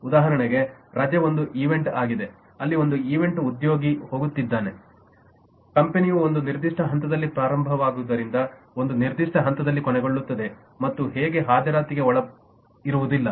ಉದಾಹರಣೆಗೆ ರಜೆ ಒಂದು ಈವೆಂಟ್ಆಗಿದೆ ಅಲ್ಲಿ ಒಂದು ಈವೆಂಟ್ ಉದ್ಯೋಗಿ ಹೋಗುತ್ತಿದ್ದಾನೆ ಕಂಪನಿಯು ಒಂದು ನಿರ್ದಿಷ್ಟ ಹಂತದಲ್ಲಿ ಪ್ರಾರಂಭವಾಗುವುದರಿಂದ ಒಂದು ನಿರ್ದಿಷ್ಟ ಹಂತದಲ್ಲಿ ಕೊನೆಗೊಳ್ಳುತ್ತದೆ ಮತ್ತು ಹೀಗೆ ಹಾಜರಾತಿಗೆ ಇರುವುದಿಲ್ಲ